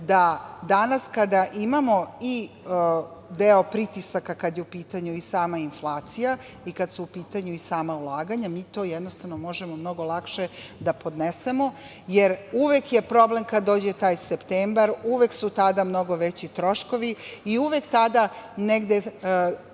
da danas, kada imamo i deo pritisaka, kada je u pitanju i sama inflacija i kada su u pitanju i sama ulaganja, mi to jednostavno možemo mnogo lakše da podnesemo, jer uvek je problem kada dođe taj septembar, uvek su tada mnogo veći troškovi i uvek tada negde